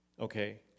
okay